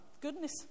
goodness